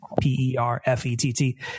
P-E-R-F-E-T-T